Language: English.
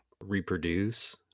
reproduce